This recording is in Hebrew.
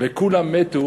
וכולם מתו